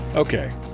Okay